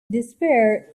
despair